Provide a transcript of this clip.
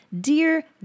Dear